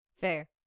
Fair